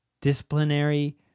disciplinary